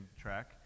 track